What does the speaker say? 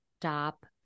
stop